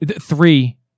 Three